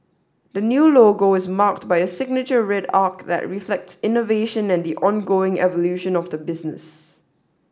the new logo is marked by a signature red arc that reflects innovation and the ongoing evolution of the business